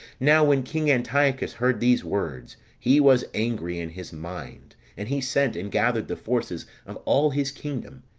now when king antiochus heard these words, he was angry in his mind and he sent, and gathered the forces of all his kingdom,